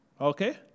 Okay